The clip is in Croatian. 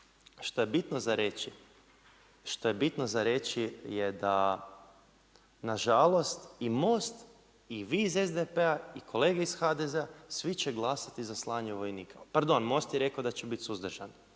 šta je bitno za reći je da nažalost i MOST i vi iz SDP-a i kolege iz HDZ-a svi će glasati za slanje vojnika, pardon, MOST je rekao da će biti suzdržan